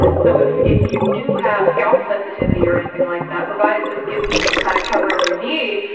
so if if you do have scalp sensitivity or anything like that, provided this gives you the kind of coverage you need,